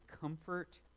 comfort